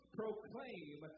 proclaim